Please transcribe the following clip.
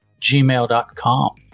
gmail.com